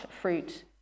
fruit